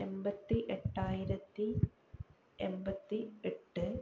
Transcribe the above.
എൺപത്തി എട്ടായിരത്തി എൺപത്തി എട്ട്